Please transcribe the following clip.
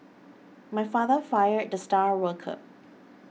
my father fired the star worker